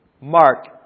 Mark